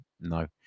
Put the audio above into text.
No